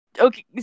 Okay